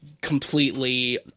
completely